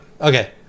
Okay